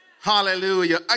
hallelujah